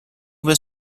was